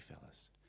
fellas